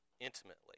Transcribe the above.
intimately